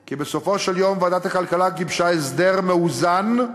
כי בסופו של יום ועדת הכלכלה גיבשה הסדר מאוזן,